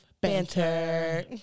Banter